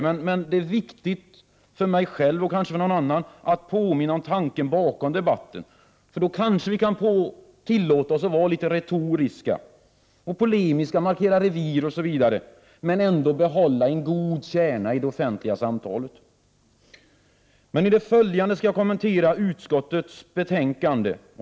Men det är viktigt för mig själv, och kanske för någon annan, att påminna om tanken bakom debatten. Då kanskd vi kan tillåta oss att vara litet retoriska och polemiska, markera revir osv. men ändå behålla den goda kärnan i det offentliga samtalet. I det följande skall jag kommentera utskottets betänkande.